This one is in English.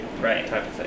Right